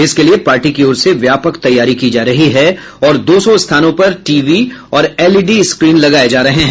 इसके लिये पार्टी की ओर से व्यापक तैयारी की जा रही है और दो सौ स्थानों पर टीवी और एलईडी स्क्रीन लगाये जा रहे हैं